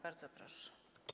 Bardzo proszę.